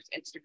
Instagram